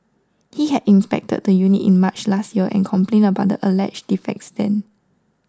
he had inspected the unit in March last year and complained about the alleged defects then